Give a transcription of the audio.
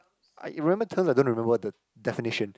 I remember terms I don't remember what the definition